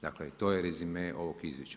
Dakle, to je rezime ovog izvješća.